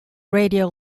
radio